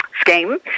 Scheme